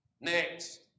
Next